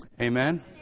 Amen